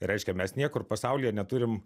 reiškia mes niekur pasaulyje neturim